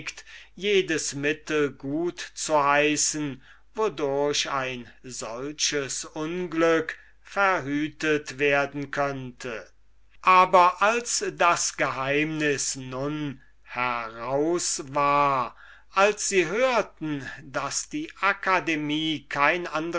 jedes mittel gut zu heißen wodurch ein solches unglück verhütet werden könnte aber wie das geheimnis nun heraus war wie sie hörten daß die akademie kein